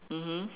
mmhmm